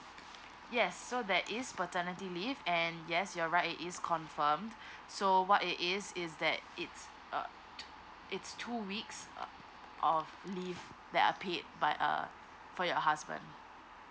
yes so there is paternity leave and yes you're right it is confirm so what it is is that it's uh it's two weeks uh of leave that are paid but uh for your husband